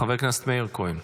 חבר הכנסת מאיר כהן,